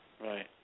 Right